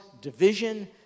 division